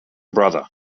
brother